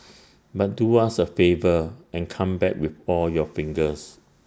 but do us A favour and come back with all your fingers